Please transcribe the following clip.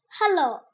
Hello